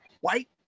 white